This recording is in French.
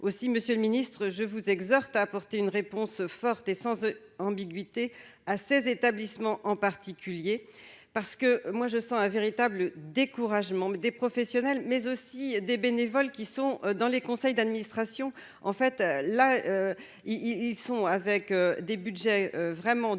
aussi Monsieur le Ministre, je vous exhorte à apporter une réponse forte et sans ambiguïté à ces établissements, en particulier parce que moi je sens un véritable découragement des professionnels mais aussi des bénévoles qui sont dans les conseils d'administration, en fait, là, ils y sont avec des Budgets vraiment